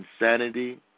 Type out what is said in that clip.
insanity